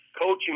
coaching